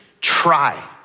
try